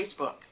Facebook